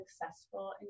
successful